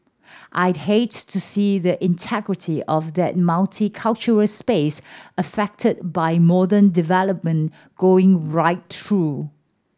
I'd hate to see the integrity of that multicultural space affected by modern development going right through